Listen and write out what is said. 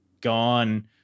gone